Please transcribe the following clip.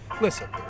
Listen